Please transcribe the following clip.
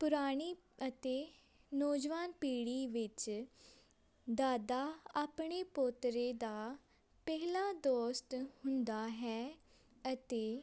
ਪੁਰਾਣੀ ਅਤੇ ਨੌਜਵਾਨ ਪੀੜ੍ਹੀ ਵਿੱਚ ਦਾਦਾ ਆਪਣੇ ਪੋਤਰੇ ਦਾ ਪਹਿਲਾ ਦੋਸਤ ਹੁੰਦਾ ਹੈ ਅਤੇ